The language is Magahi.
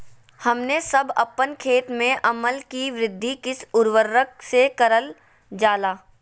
हमने सब अपन खेत में अम्ल कि वृद्धि किस उर्वरक से करलजाला?